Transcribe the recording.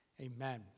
Amen